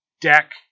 deck